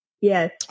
Yes